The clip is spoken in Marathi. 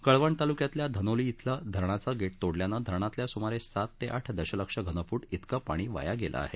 कळवण तालुक्यातील धनोली येथील धरणाचे गेट तोडल्याने धरणातील सुमारे सात ते आठ दसलक्षघनफूट इतके पाणी वाया गेले आहे